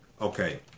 Okay